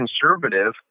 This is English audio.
conservative